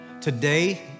today